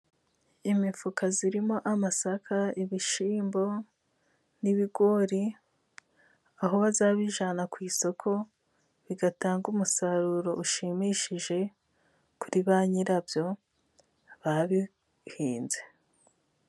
Imifuka irimo amasaka, ibishyimbo n'ibigori, aho bajya bajyana ku isoko, bigatanga umusaruro ushimishije, kuri ba nyirabyo babihinze.